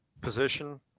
position